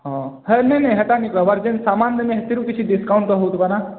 ହଁ ହେ ନାଇଁ ନାଇଁ ହେଟା ନାଇଁ କହିବାର୍ ଯେନ୍ ସାମାନ୍ ଦେମି ହେତିରୁ କିଛି ଡ଼ିସକାଉଣ୍ଟ୍ ତ ହେଉଥିବା ନା